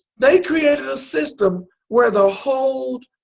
they created a system where the whole,